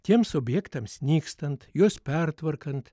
tiems objektams nykstant juos pertvarkant